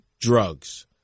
drugs